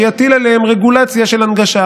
שיטיל עליהם רגולציה של הנגשה.